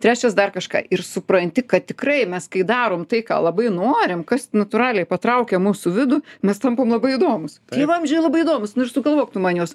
trečias dar kažką ir supranti kad tikrai mes kai darom tai ką labai norim kas natūraliai patraukia mūsų vidų mes tampam labai įdomūs i vamzdžiai labai įdomūs nu ir sugalvok tu man juos